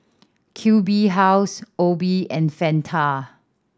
Q B House Obey and Fanta